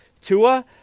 Tua